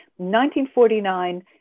1949